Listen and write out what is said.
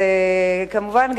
כמובן,